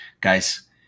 Guys